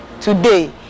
Today